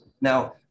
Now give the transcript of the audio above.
Now